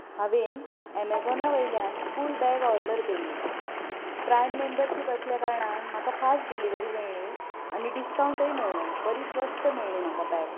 हांवें ऐमजोना वयल्यान स्कूल बॅग ओर्डर केल्ली प्रायम मेबरशिप आसल्या कारणान म्हाका फास्ट डिलिवरी मेळ्ळी आनी डिस्कांवटय मेळ्ळो बरी स्वस्त मेळ्ळी म्हाका बॅग